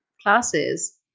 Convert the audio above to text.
classes